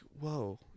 whoa